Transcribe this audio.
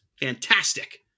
fantastic